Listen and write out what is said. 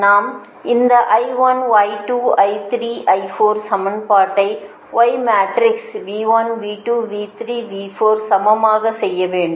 நாம் இந்த சமன்பாட்டை Y மேட்ரிக்ஸ் சமமாக செய்ய வேண்டும்